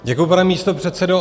Děkuji, pane místopředsedo.